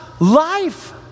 life